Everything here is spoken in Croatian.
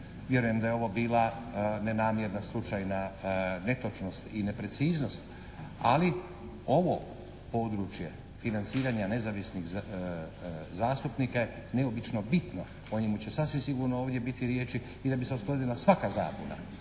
Vjerujem da je ovo bila nenamjerna, slučajna netočnost i nepreciznost. Ali ovo područje financiranja nezavisnih zastupnika je neobično bitno. O njemu će sasvim sigurno ovdje biti riječi i da bi se … /Govornik se ne